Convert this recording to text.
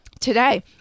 today